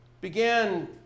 began